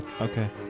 Okay